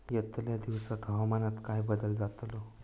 यतल्या दिवसात हवामानात काय बदल जातलो?